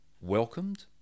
welcomed